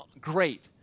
Great